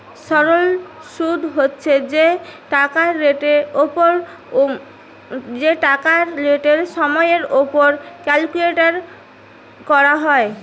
সরল শুদ হচ্ছে যেই টাকাটা রেটের সময়ের উপর ক্যালকুলেট করা হয়